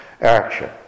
action